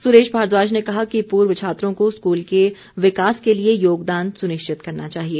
सुरेश भारद्वाज ने कहा कि पूर्व छात्रों को स्कूल के विकास के लिए योगदान सुनिश्चित करना चाहिए